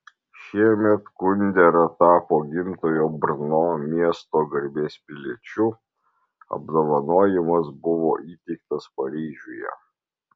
šiemet kundera tapo gimtojo brno miesto garbės piliečiu apdovanojimas buvo įteiktas paryžiuje